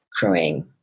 crewing